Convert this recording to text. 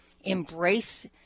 embrace